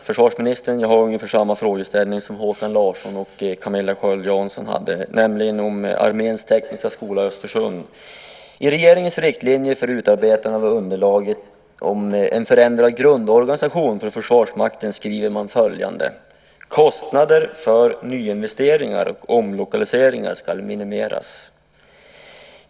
Fru talman! Jag har ungefär samma frågeställning som Håkan Larsson och Camilla Sköld Jansson hade, nämligen om Arméns tekniska skola i Östersund. I regeringens riktlinjer för utarbetande av underlaget för en förändrad grundorganisation för Försvarsmakten skriver man följande: Kostnader för nyinvesteringar och omlokaliseringar ska minimeras.